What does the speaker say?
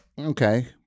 Okay